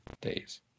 days